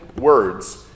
words